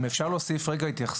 אם אפשר רגע להוסיף התייחסות,